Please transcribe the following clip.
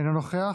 אינו נוכח.